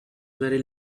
very